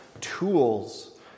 tools